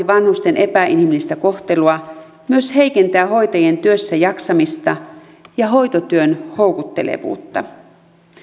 vanhusten epäinhimillistä kohtelua myös heikentää hoitajien työssäjaksamista ja hoitotyön houkuttelevuutta